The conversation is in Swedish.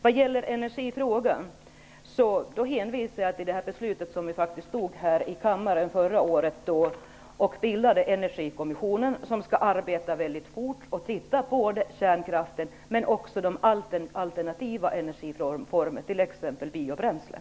Vad gäller energifrågan hänvisar jag till det beslut som vi faktiskt fattade här i kammaren förra året om att bilda en energikommission. Den skall arbeta mycket fort och titta på kärnkraften, men också på de alternativa energiformerna, t.ex. biobränslen.